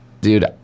dude